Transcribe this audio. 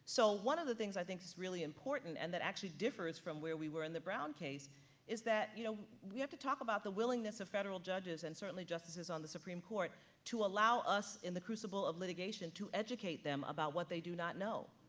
so one of the things i think is really important and that actually differs from where we were in the brown case is that, you know, we have to talk about the willingness of federal judges and certainly justices on the supreme court to allow us in the crucible of litigation to educate them about what they do not know.